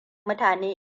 mutane